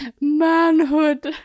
Manhood